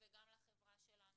וגם לחברה שלנו,